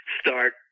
start